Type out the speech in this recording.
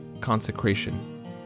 consecration